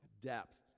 depth